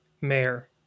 Mayor